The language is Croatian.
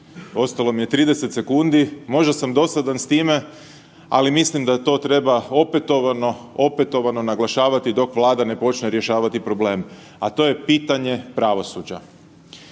ostalo mi je 30 sekundi, možda sam dosadan s time, ali mislim da to treba opetovano, opetovano naglašavati dok Vlada ne počne rješavati problem, a to je pitanje pravosuđa.